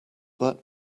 that